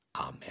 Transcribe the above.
Amen